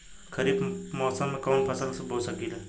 खरिफ मौसम में कवन कवन फसल बो सकि ले?